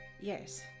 Yes